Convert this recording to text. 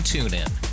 TuneIn